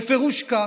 בפירוש כך.